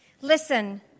listen